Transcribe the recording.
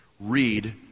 Read